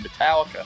Metallica